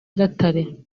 gatare